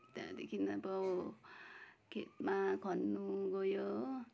त्यहाँदेखिन् अब खेतमा खन्नु गयो हो